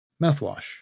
mouthwash